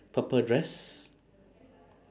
purple dress